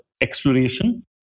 exploration